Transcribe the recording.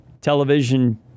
television